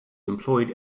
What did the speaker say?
employed